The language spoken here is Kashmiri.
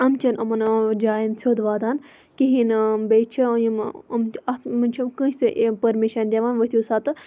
یِم چھِ نہٕ یِمن جایَن سیٚود واتان کِہیٖنۍ نہٕ بیٚیہِ چھِ یِم یِم اتھ مَنٛز چھِنہٕ کٲنٛسے پٔرمِشَن دِوان ؤتھو سہَ تہٕ